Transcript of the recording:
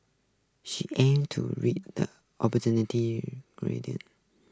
she aim to read the opportunity